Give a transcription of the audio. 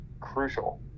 crucial